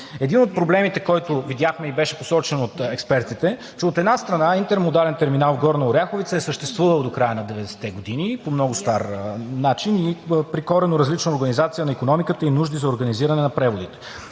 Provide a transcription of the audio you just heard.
Един от проблемите, който видяхме и беше посочен от експертите, е, че, от една страна, интермодален терминал в Горна Оряховица е съществувал до края на 90-те години по много стар начин, при коренно различна организация на икономиката и нужди за организиране на преводите.